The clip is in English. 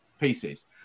pieces